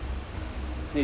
true